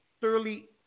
thoroughly